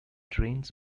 trains